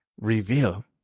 reveal